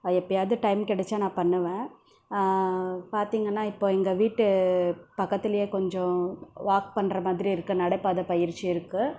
அது எப்போயாவது டைம் கிடச்சா நான் பண்ணுவேன் பார்த்தீங்கன்னா இப்போ இந்த வீட்டு பக்கத்திலயே கொஞ்சம் வாக் பண்ணுற மாதிரி இருக்குது நடைபாதை பயிற்சி இருக்குது